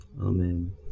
amen